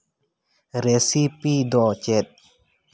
recipe ᱫᱚ ᱪᱮᱫ